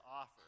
offer